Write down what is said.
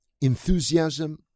enthusiasm